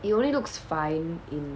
it only looks fine in